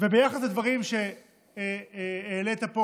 וביחס לדברים שהעלית פה,